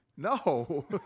No